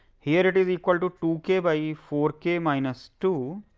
here it is equal to two k by yeah four k minus two,